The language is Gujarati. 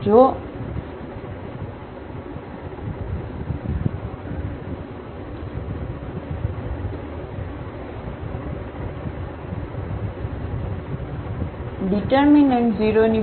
જો અને માત્ર જો આ સમીકરણને સંતોષે તો આ A λI નો ઙીટરમીનન્ટ કે જે સમીકરણ જો આ ઙીટરમીનન્ટ 0 છે તો અમારી પાસે નોન ટ્રાઇવલ સોલ્યુશન હશે